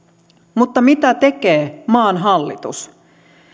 mutta mitä tekee maan hallitus